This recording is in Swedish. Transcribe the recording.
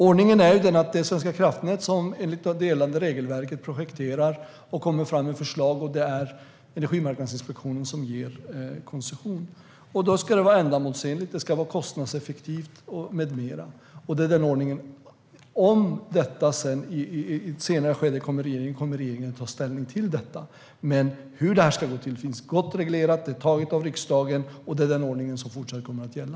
Ordningen är ju den att det är Svenska kraftnät som enligt regelverket projekterar och tar fram förslag till projekt, och det är Energimarknadsinspektionen som ger koncession. Förutsättningarna är att projektet ska vara bland annat ändamålsenligt och kostnadseffektivt. Om inte, kommer regeringen i ett senare skede att ta ställning till detta. Men hur det här ska gå till finns tydligt reglerat. Reglerna är beslutade av riksdagen, och det är den ordningen som fortsatt kommer att gälla.